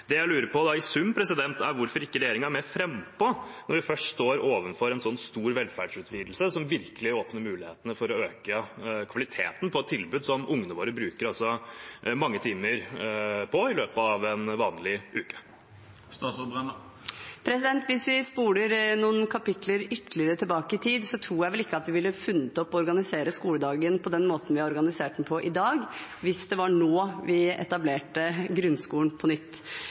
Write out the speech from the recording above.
Det jeg lurer på da, i sum, er hvorfor ikke regjeringen er mer frampå når vi først står overfor en sånn stor velferdsutvidelse, som virkelig åpner mulighetene for å øke kvaliteten på et tilbud som ungene våre brukere mange timer på i løpet av en vanlig uke. Hvis vi spoler ytterligere noen kapitler tilbake i tid, tror jeg vel ikke at vi ville funnet på å organisere skoledagen på den måten vi har organisert den på i dag, hvis det var nå vi etablerte grunnskolen på nytt.